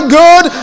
good